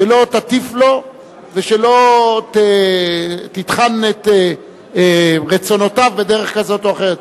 שלא תטיף לו ולא תתחם את רצונותיו בדרך כזאת או אחרת.